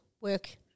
work